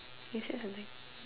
you said something